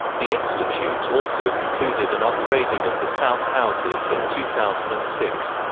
the institute also concluded an upgrading of the south houses in two thousand and six.